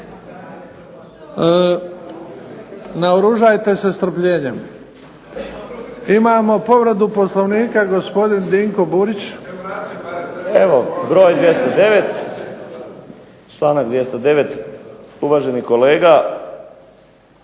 Naoružajte se strpljenjem. Imamo povredu Poslovnika, gospodin Dinko Burić. **Burić, Dinko (HDSSB)** Evo broj 209. članak 209. uvaženi kolega